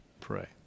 pray